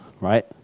right